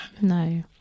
no